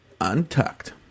Untucked